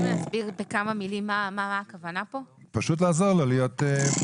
להסביר בכמה מילים מה הכוונה כאן פשוט לעזור לו להתפרנס.